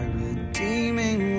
redeeming